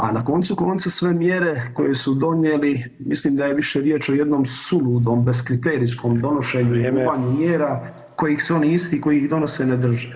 A na koncu konca su ove mjere koje su donijeli mislim da je više riječ o jednom suludom bezkriterijskom donošenju i bubanju [[Upadica: Vrijeme.]] mjera kojih se oni isti koji ih donose ne drže.